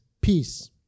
peace